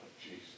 Jesus